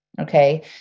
Okay